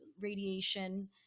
radiation